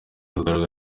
kuzarangwa